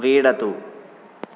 क्रीडतु